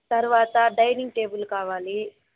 తరువాత dining table కావాలి